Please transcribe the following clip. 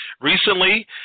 recently